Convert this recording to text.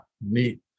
Neat